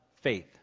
faith